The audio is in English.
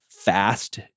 Fast